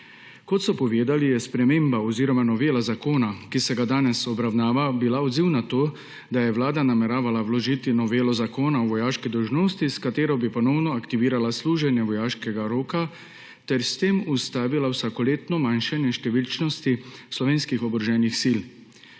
Kot so povedali, je bila sprememba oziroma novela zakona, ki se ga danes obravnava, odziv na to, da je Vlada nameravala vložiti novelo Zakona o vojaški dolžnosti, s katero bi ponovno aktivirala služenje vojaškega roka ter s tem ustavila vsakoletno manjšanje številnosti slovenskih oboroženih sil.